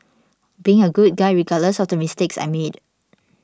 being a good guy regardless of the mistakes I made